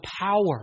power